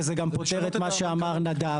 וזה גם פותר את מה שאמר נדב,